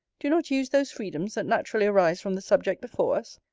do not use those freedoms naturally arise from the subject before us?